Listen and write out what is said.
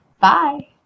Bye